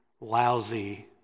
lousy